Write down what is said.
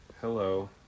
Hello